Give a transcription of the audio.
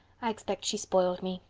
i expect she spoiled me.